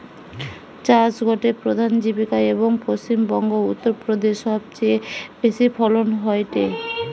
চাষ গটে প্রধান জীবিকা, এবং পশ্চিম বংগো, উত্তর প্রদেশে সবচেয়ে বেশি ফলন হয়টে